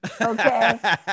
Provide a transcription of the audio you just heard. okay